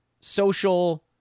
social